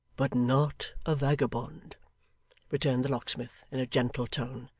but not a vagabond returned the locksmith in a gentle tone.